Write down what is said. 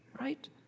Right